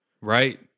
Right